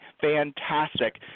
fantastic